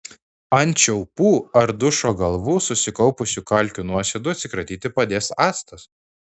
ant čiaupų ar dušo galvų susikaupusių kalkių nuosėdų atsikratyti padės actas